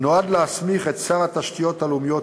נועד להסמיך את שר התשתיות הלאומיות,